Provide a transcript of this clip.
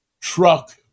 truck